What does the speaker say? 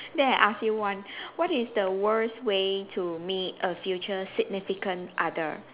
then I ask you one what is the worst way to meet a future significant other